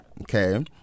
Okay